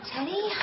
Teddy